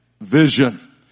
vision